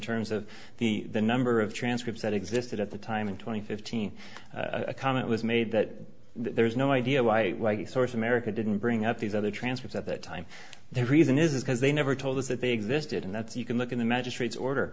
terms of the number of transcripts that existed at the time and twenty fifteen a comment was made that there is no idea why the source america didn't bring up these other transfers at that time the reason is because they never told us that they existed and that's you can look at the magistrate's order